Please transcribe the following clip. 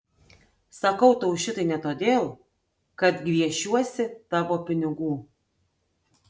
sakau tau šitai ne todėl kad gviešiuosi tavo pinigų